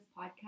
podcast